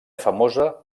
famosa